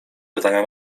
pytania